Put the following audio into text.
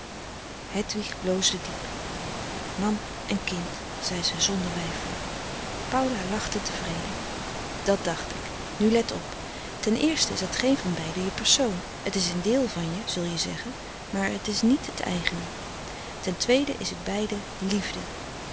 hedwig bloosde diep man en kind zei ze zonder weifelen paula lachte tevreden dat dacht ik nu let op ten eerste is dat geen van beiden je persoon het is een deel van je zul je zeggen maar het is niet het eigene ten tweede is het beide liefde